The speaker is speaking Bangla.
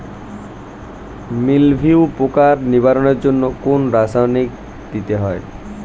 মিলভিউ পোকার নিবারণের জন্য কোন রাসায়নিক দিতে হয়?